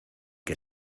que